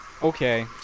Okay